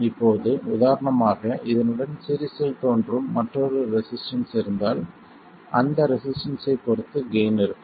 இப்போது உதாரணமாக இதனுடன் சீரிஸ் இல் தோன்றும் மற்றொரு ரெசிஸ்டன்ஸ் இருந்தால் அந்த ரெசிஸ்டன்ஸ்ஸைப் பொறுத்து கெய்ன் இருக்கும்